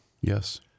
Yes